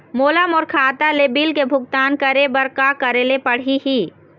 मोला मोर खाता ले बिल के भुगतान करे बर का करेले पड़ही ही?